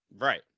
right